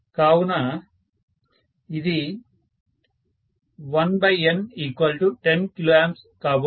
కావున అది 1N 10kA కాబోతోంది